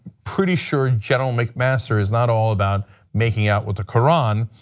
pretty sure general mcmaster is not all about making out with the quran.